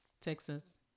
Texas